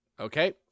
Okay